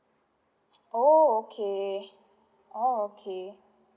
oh okay orh okay